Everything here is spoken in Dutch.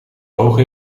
hoog